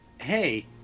hey